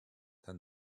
than